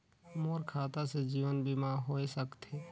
मोर खाता से जीवन बीमा होए सकथे?